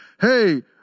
hey